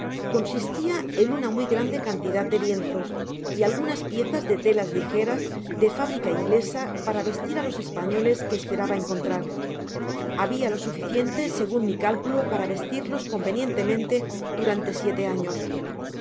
consistia en una muy grande cantidad de lienzos y algunas piezas de telas lijeras de fábrica inglesa para vestir á los españoles que esperaba encontrar habia lo suficiente segun mi cálculo para vestirlos convenientemente durante siete años